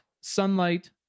sunlight